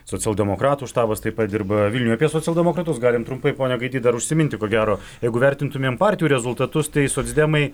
socialdemokratų štabas taip pat dirba vilniuje apie socialdemokratus galim trumpai pone gaidy dar užsiminti ko gero jeigu vertintumėm partijų rezultatus tai socdemai